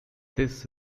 this